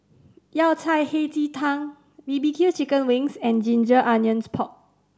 Yao Cai Hei Ji Tang B B Q chicken wings and ginger onions pork